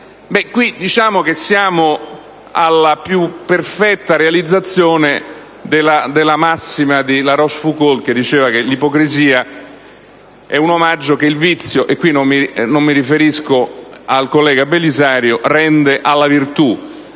dicendo che siamo alla più perfetta realizzazione della massima di La Rochefoucauld che diceva che l'ipocrisia è un omaggio che il vizio - e qui non mi riferisco al collega Belisario - rende alla virtù.